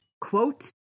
Quote